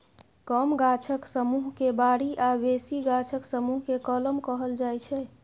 कम गाछक समुह केँ बारी आ बेसी गाछक समुह केँ कलम कहल जाइ छै